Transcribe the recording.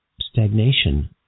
stagnation